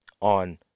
on